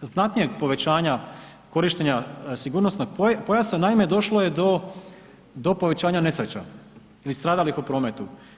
znatnijeg povećanja korištenja sigurnosnog pojasa, naime, došlo je do povećanja nesreća i stradalih u prometu.